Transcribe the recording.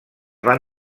van